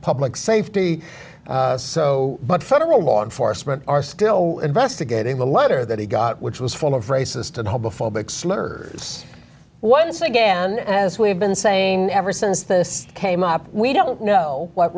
public safety so but federal law enforcement are still investigating the letter that he got which was full of racist and homophobic slur once again as we have been saying ever since this came up we don't know what